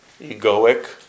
egoic